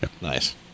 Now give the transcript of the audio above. nice